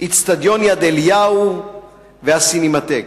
איצטדיון יד-אליהו והסינמטק.